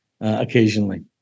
occasionally